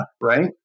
Right